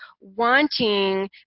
wanting